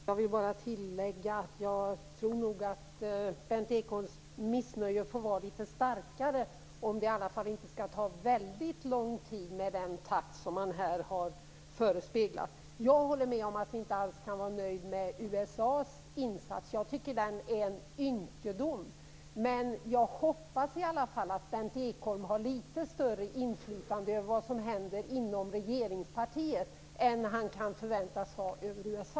Herr talman! Jag vill bara tillägga att jag tror att Berndt Ekholms missnöje borde vara litet starkare, om det inte skall ta väldigt lång tid med tanke på den takt som man här har förespeglat. Jag håller med om vi inte alls kan vara nöjda med USA:s insats. Den är en ynkedom. Men jag hoppas i alla fall att Berndt Ekholm har litet större inflytande över vad som händer inom regeringspartiet än vad han kan förväntas ha över USA.